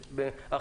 לא התכוונתי.